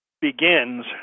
begins